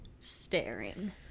Staring